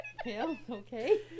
okay